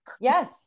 yes